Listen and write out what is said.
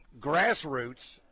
grassroots